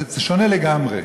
זה שונה לגמרי.